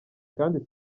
kandi